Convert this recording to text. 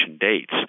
dates